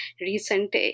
recent